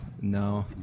no